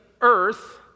earth